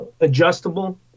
adjustable